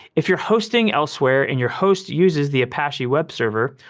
if you're hosting elsewhere and your host uses the apache web server,